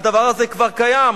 הדבר הזה כבר קיים.